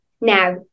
Now